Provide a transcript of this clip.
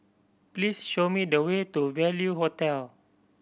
please show me the way to Value Hotel